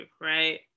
right